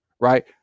right